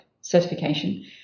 certification